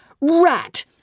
Rat